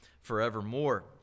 forevermore